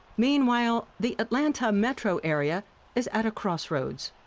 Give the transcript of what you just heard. meanwhile, the atlanta metro area is at a crossroads.